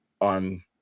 on